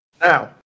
Now